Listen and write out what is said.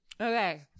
Okay